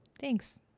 Thanks